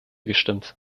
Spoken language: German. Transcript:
gestimmt